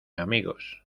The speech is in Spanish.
amigos